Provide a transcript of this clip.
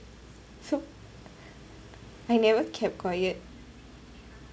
so I never kept quiet